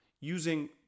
using